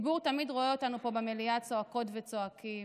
הציבור תמיד רואה אותנו פה במליאה צועקות וצועקים,